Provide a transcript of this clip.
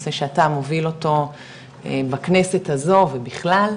נושא שאתה מוביל אותו בכנסת הזו ובכלל,